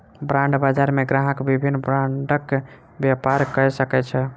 bond बजार मे ग्राहक विभिन्न बांडक व्यापार कय सकै छै